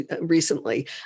recently